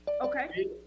okay